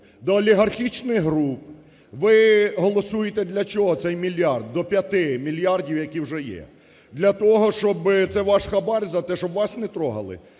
до олігархічних груп. Ви голосуєте для чого цей мільярд до 5 мільярдів, які вже є? Для того, щоб… це ваш хабар за те, щоб вас не трогали,